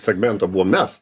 segmento buvom mes